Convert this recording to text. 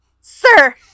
Sir